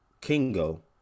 Kingo